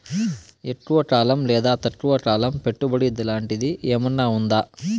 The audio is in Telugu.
ఎక్కువగా కాలం లేదా తక్కువ కాలం పెట్టుబడి లాంటిది ఏమన్నా ఉందా